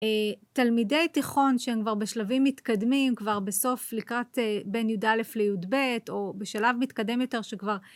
תלמידי תיכון שהם כבר בשלבים מתקדמים כבר בסוף לקראת בין י"א לי"ב, או בשלב מתקדם יותר שכבר